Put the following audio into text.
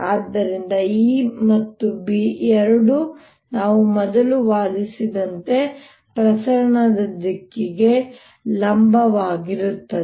ಆದ್ದರಿಂದ E ಮತ್ತು B ಎರಡೂ ನಾವು ಮೊದಲು ವಾದಿಸಿದಂತೆ ಪ್ರಸರಣದ ದಿಕ್ಕಿಗೆ ಲಂಬವಾಗಿರುತ್ತವೆ